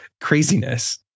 craziness